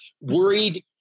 worried